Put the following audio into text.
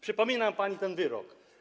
Przypominam pani ten wyrok.